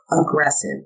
aggressive